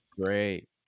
Great